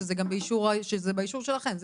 שזה באישור שלכם,